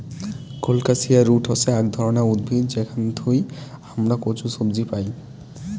colocasia root হসে আক ধরণের উদ্ভিদ যেখান থুই হামরা কচু সবজি পাইচুং